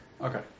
Okay